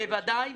בוודאי,